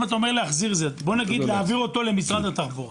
בוא נגיד להעביר אותו למשרד התחבורה.